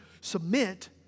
submit